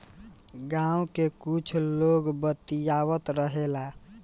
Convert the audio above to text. गाँव के कुछ लोग बतियावत रहेलो